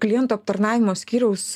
klientų aptarnavimo skyriaus